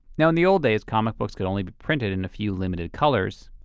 now in the old days, comic books could only be printed in a few limited colors.